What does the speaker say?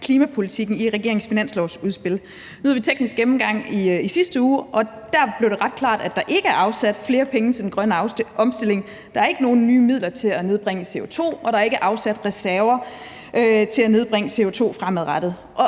klimapolitikken i regeringens finanslovsudspil. Nu havde vi teknisk gennemgang i sidste uge, og der blev det ret klart, at der ikke er afsat flere penge til den grønne omstilling. Der er heller ikke nogen nye midler til at nedbringe CO2, og der er ikke afsat reserver til at nedbringe CO2 fremadrettet,